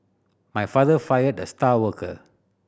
my father fired the star worker